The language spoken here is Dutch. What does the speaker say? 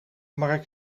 marc